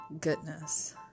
goodness